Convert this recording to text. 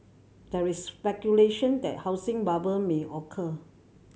there is speculation that housing bubble may occur